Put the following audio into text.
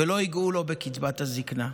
ולא ייגעו לו בקצבת הזקנה.